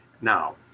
now